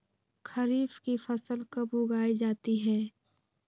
खरीफ की फसल कब उगाई जाती है?